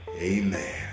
Amen